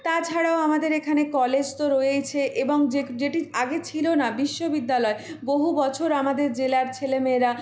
তাছাড়াও আমাদের এখানে কলেজ তো রয়েইছে এবং যে যেটি আগে ছিল না বিশ্ববিদ্যালয় বহু বছর আমাদের জেলার ছেলেমেয়েরা